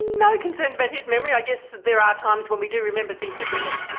no concerns about his memory, i guess there are times when we do remember things differently,